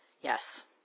Yes